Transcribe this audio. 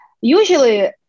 Usually